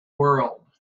world